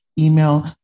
email